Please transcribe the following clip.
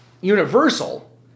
universal